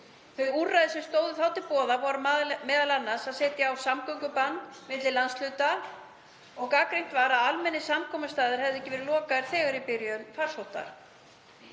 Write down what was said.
Þau úrræði sem stóðu þá til boða voru m.a. að setja á samgöngubann milli landshluta og gagnrýnt var að almennir samkomustaðir hefðu ekki verið lokaðir þegar í byrjun farsóttar.